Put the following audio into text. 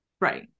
right